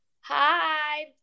Hi